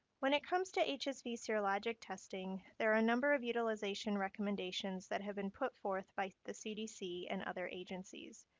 when it comes to hsv serologic testing, there are number of utilization recommendations that have been put forth by the cdc and other agencies.